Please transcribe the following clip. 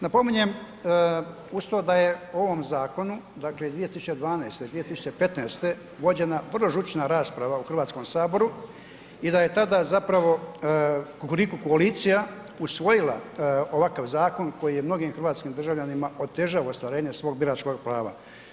Napominjem uz to da je u ovom zakonu 2012.-2015. vođenja prva žučna rasprava u Hrvatskom saboru i da je tada zapravo kukuriku koalicija usvojila ovakav zakon, koji je mnogim hrvatskim državljanima otežava ostvarenje svog biračkoga prava.